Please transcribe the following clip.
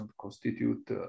constitute